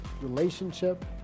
relationship